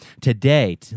today